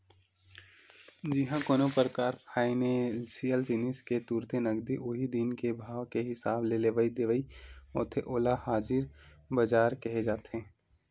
जिहाँ कोनो परकार फाइनेसियल जिनिस के तुरते नगदी उही दिन के भाव के हिसाब ले लेवई देवई होथे ओला हाजिर बजार केहे जाथे